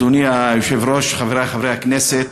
אדוני היושב-ראש, חברי חברי הכנסת,